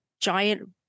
giant